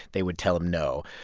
they would tell him no.